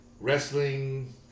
wrestling